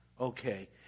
Okay